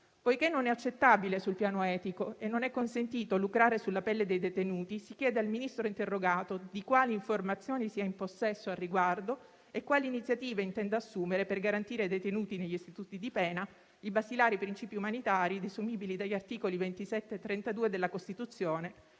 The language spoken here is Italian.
Poiché non è accettabile sul piano etico e non è consentito lucrare sulla pelle dei detenuti, si chiede al Ministro interrogato di quali informazioni sia in possesso al riguardo e quali iniziative intenda assumere per garantire ai detenuti negli istituti di pena i basilari principi umanitari desumibili degli articoli 27 e 32 della Costituzione,